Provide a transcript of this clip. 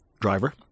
driver